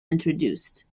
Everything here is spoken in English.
introduced